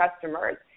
customers